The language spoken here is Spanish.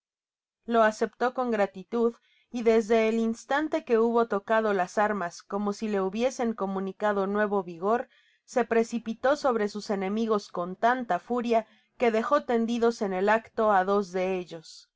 lo aceptó con gratitud y desde el instante que hubo tocado las armas como si le hubiesen comunicado nuevo vigor se precipitó sobre sus enemigos con tanta furia que dejó tendidos en el acto á dos de ellos